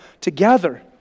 together